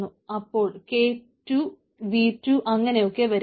അപ്പോൾ K2 V2 അങ്ങനെയൊക്കെ വരും